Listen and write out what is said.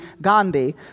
Gandhi